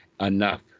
enough